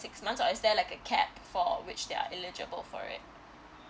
months or is there like a capped for which they're eligible for it